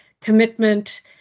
commitment